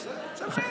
מצלמים.